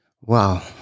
Wow